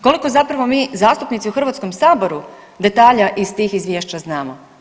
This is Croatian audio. Koliko zapravo mi zastupnici u Hrvatskom saboru detalja iz tih izvješća znamo?